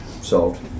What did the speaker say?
solved